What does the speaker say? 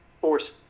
force